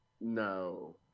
no